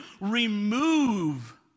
Remove